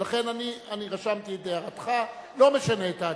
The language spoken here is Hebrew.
ולכן אני רשמתי את הערתך, לא משנה את ההצבעה.